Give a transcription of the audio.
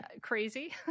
crazy